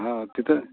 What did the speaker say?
हा तिथं